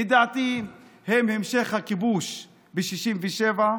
לדעתי הן המשך הכיבוש ב-67',